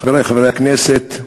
חברי חברי הכנסת,